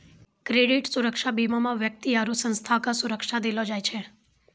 credit सुरक्षा बीमा मे व्यक्ति आरु संस्था के सुरक्षा देलो जाय छै